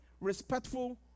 respectful